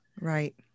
Right